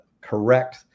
correct